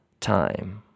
Time